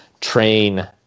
train